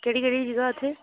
केह्ड़ी केह्ड़ी जगह इत्थै